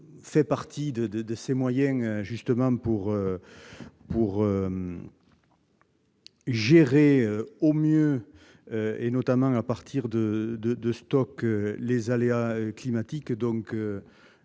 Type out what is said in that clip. fait partie des moyens permettant de gérer au mieux, notamment à partir des stocks, les aléas climatiques.